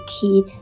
key